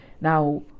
Now